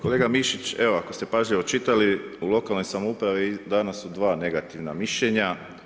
Kolega Mišić, evo, ako ste pažljivo čitali, u lokalnoj samoupravi danas su dva negativna mišljenja.